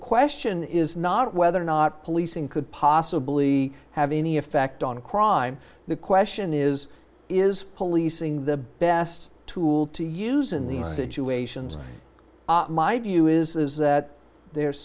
question is not whether or not policing could possibly have any effect on crime the question is is policing the best tool to use in these situations my view is that there